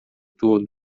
tudo